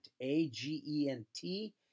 A-G-E-N-T